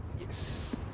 Yes